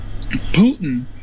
Putin